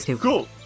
cool